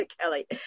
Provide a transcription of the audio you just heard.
Kelly